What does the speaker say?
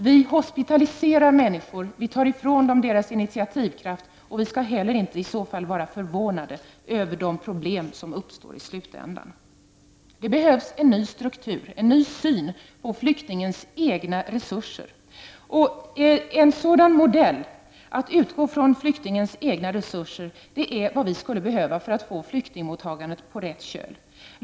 Vi hospitaliserar människor, vi tar ifrån dem deras initiativkraft, och vi skall inte i så fall vara förvånade över de problem som uppstår i slutändan. Det behövs en ny struktur, en ny syn på flyktingens egna resurser. En sådan modell — att utgå från flyktingens egna resurser — är vad vi skulle behöva för att få flyktingmottagandet på rätt köl.